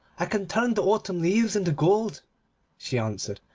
i can turn the autumn leaves into gold she answered,